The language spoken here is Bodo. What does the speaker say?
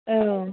औ